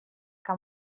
que